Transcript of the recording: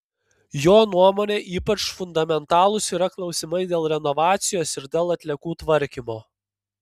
jo nuomone ypač fundamentalūs yra klausimai dėl renovacijos ir dėl atliekų tvarkymo